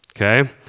Okay